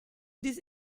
these